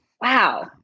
wow